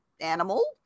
animal